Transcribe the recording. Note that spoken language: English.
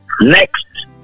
Next